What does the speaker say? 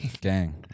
Gang